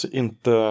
inte